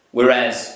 Whereas